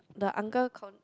the uncle con~